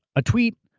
a tweet,